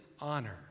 honor